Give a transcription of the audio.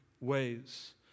ways